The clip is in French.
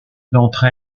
d’entre